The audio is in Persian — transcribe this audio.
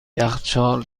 یخچال